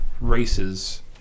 races